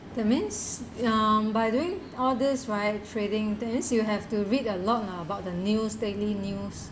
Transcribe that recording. that means um by doing all these right trading that means you have to read a lot lah about the news daily news